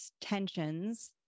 tensions